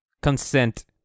consent